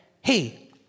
hey